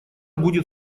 будет